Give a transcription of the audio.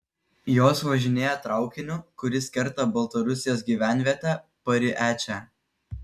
jos važinėja traukiniu kuris kerta baltarusijos gyvenvietę pariečę